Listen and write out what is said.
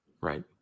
Right